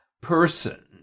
person